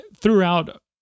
throughout